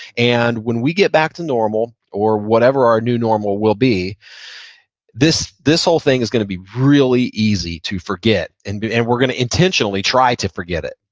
and when we get back to normal or whatever our new normal will be this this whole thing is gonna be really easy to forget, and and we're gonna intentionally try to forget it.